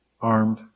armed